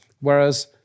Whereas